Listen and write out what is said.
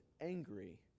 angry